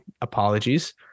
Apologies